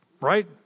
right